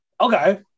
Okay